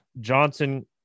Johnson